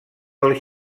del